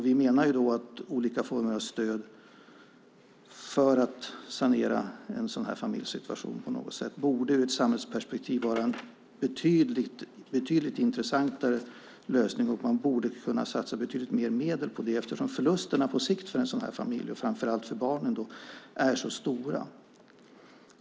Vi menar att olika former av stöd för att sanera en sådan här familjs situation på något sätt borde vara en betydligt intressantare lösning ur ett samhällsperspektiv. Man borde kunna satsa betydligt mer medel på detta, eftersom förlusterna på sikt för en sådan familj och framför allt för barnen är så stora.